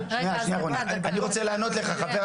אני רוצה לענות לך.